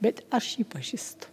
bet aš jį pažįstu